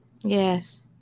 Yes